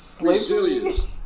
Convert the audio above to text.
resilience